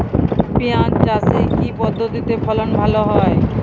পিঁয়াজ চাষে কি পদ্ধতিতে ফলন ভালো হয়?